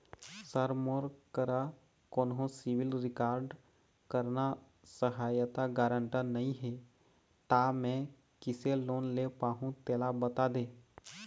sir मोर करा कोन्हो सिविल रिकॉर्ड करना सहायता गारंटर नई हे ता मे किसे लोन ले पाहुं तेला बता दे